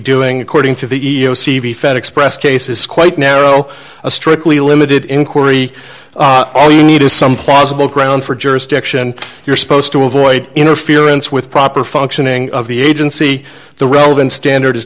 doing according to the e e o c the fed express case is quite narrow a strictly limited inquiry all you need is some plausible grounds for jurisdiction you're supposed to avoid interference with proper functioning of the agency the relevant standard is